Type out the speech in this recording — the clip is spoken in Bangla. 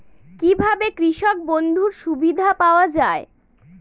কি ভাবে কৃষক বন্ধুর সুবিধা পাওয়া য়ায়?